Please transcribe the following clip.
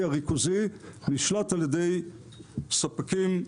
הריכוזי נשלט על ידי ספקים ישראלים.